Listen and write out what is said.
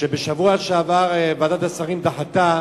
בשבוע שעבר ועדת השרים דחתה,